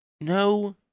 No